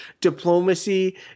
diplomacy